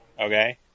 Okay